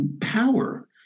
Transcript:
power